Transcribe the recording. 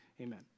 Amen